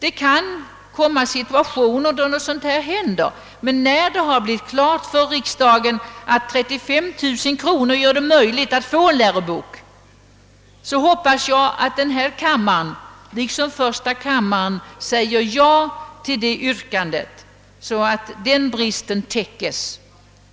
En situation som den som nu har inträffat kan visserligen uppstå, men när det nu klargjorts för riksdagen att 35 000 kronor skulle göra det möjligt att ge dessa människor en ny lärobok, så hoppas jag att denna kammare, liksom första kammaren, säger ja till det yrkandet, så att denna brist täckes.